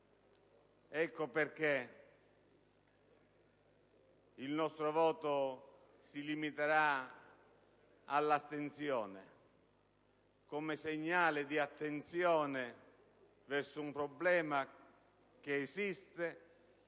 motivi, il nostro voto si limiterà all'astensione, come segnale di attenzione verso un problema che esiste,